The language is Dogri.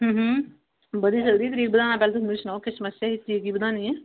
बधी सकदी तरीक बधाने शा पैह्लें तुस मी सनाओ केह् समस्या ऐ तरीक की बधानी ऐ